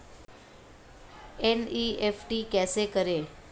NEFT कैसे करें?